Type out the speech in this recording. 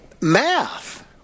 math